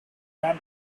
bryan